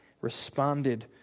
responded